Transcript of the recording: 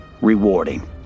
rewarding